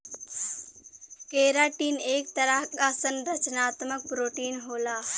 keratin एक तरह क संरचनात्मक प्रोटीन होला